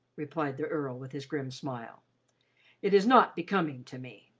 replied the earl, with his grim smile it is not becoming to me.